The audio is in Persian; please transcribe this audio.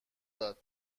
داد